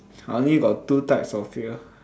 I only got two types of fear